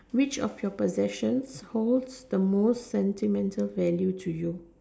which of your possession holds the most sentimental value to you